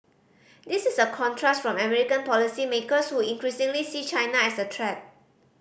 this is a contrast from American policymakers who increasingly see China as a threat